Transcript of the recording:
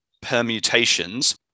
permutations